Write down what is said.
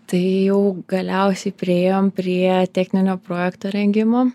tai jau galiausiai priėjom prie techninio projekto rengimo